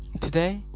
Today